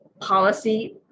policy